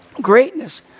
greatness